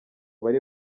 bari